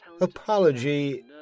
Apology